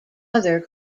other